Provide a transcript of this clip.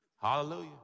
Hallelujah